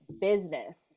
business